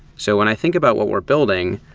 so when i think about what we're building,